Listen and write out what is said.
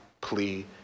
plea